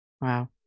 Wow